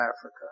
Africa